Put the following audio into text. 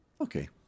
Okay